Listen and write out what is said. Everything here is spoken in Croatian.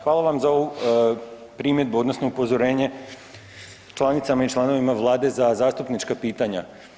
Hvala vam za ovu primjedbu odnosno upozorenja članicama i članovima Vlade za zastupnička pitanja.